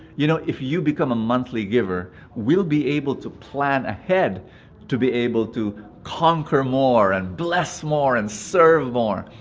you know, if you become a monthly giver, we'll be able to plan ahead to be able to conquer more, and bless more, and serve more.